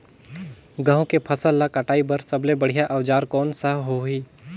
गहूं के फसल ला कटाई बार सबले बढ़िया औजार कोन सा होही?